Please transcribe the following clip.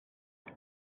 pour